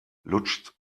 lutscht